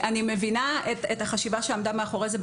אני מבינה את החשיבה שעמדה מאחורי זה,